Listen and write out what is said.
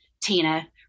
Tina